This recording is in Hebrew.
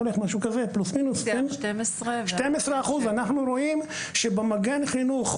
אנחנו רואים שבמגן חינוך,